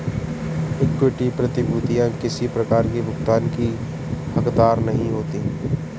equity प्रभूतियाँ किसी प्रकार की भुगतान की हकदार नहीं होती